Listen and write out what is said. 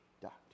dot